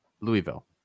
Louisville